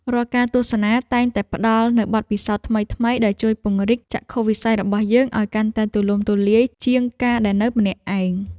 រាល់ការទស្សនាតែងតែផ្ដល់នូវបទពិសោធន៍ថ្មីៗដែលជួយពង្រីកចក្ខុវិស័យរបស់យើងឱ្យកាន់តែទូលំទូលាយជាងការដែលនៅម្នាក់ឯង។